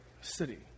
city